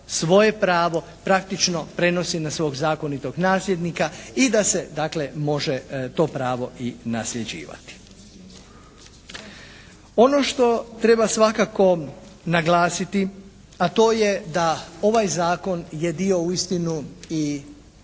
svoje pravo praktično prenosi na svog zakonitog nasljednika i da se dakle može to pravo i nasljeđivati. Ono što treba svakako naglasiti, a to je da ovaj zakon je dio uistinu i